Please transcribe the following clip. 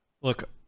look